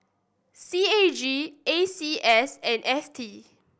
C A G A C S and F T